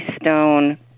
stone